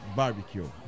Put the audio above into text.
barbecue